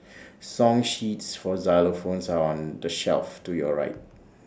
song sheets for xylophones are on the shelf to your right